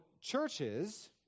churches